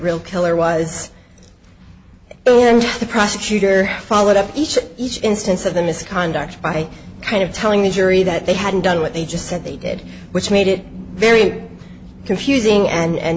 real killer was oh and the prosecutor followed up each instance of the misconduct by kind of telling the jury that they hadn't done what they just said they did which made it very confusing and